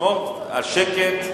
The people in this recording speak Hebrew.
לשמור על שקט מינימלי.